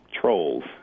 trolls